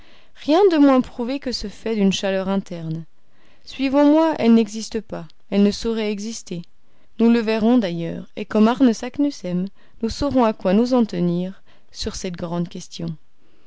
rien de moins prouvé que ce fait d'une chaleur interne suivant moi elle n'existe pas elle ne saurait exister nous le verrons d'ailleurs et comme arne saknussemm nous saurons à quoi nous en tenir sur cette grande question